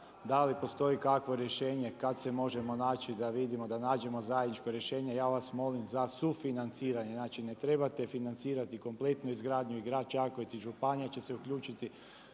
da li postoji kakvo rješenje kad se možemo naći, da vidimo, da nađemo zajedničko rješenje. Ja vas molim za sufinanciranje. Znači, ne trebate financirati kompletnu izgradnju. I grad Čakovec i županija će se uključiti.